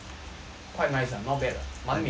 quite nice ah not bad lah 蛮美的 leh